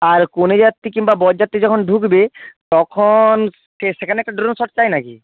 আর কনে যাত্রী কিংবা বর যাত্রী যখন ঢুকবে তখন কে সেখানে একটা ড্রোন শট চাই না কি